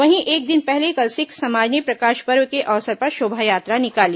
वहीं एक दिन पहले कल सिख समाज ने प्रकाश पर्व के अवसर पर शोभायात्रा निकाली